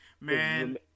Man